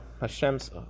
Hashem's